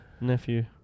nephew